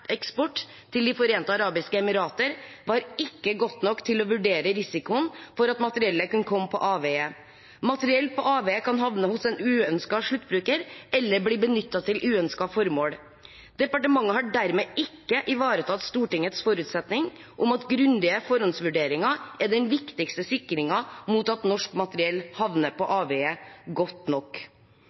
eksport til De forente arabiske emirater ikke var godt nok til å vurdere risikoen for at materiellet kunne komme på avveier. Materiell på avveier kan havne hos en uønsket sluttbruker, eller bli benyttet til uønskede formål. Departementet har dermed ikke ivaretatt Stortingets forutsetning om at grundige forhåndsvurderinger er den viktigste sikringen mot at norsk materiell havner på avveier, godt nok.